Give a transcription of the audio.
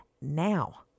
now